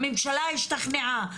הממשלה השתכנעה,